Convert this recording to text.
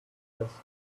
rootless